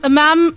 ma'am